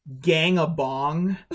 gang-a-bong